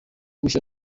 gushya